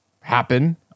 happen